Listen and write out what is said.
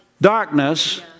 darkness